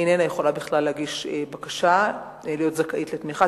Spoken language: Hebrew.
היא איננה יכולה בכלל להגיש בקשה להיות זכאית לתמיכה.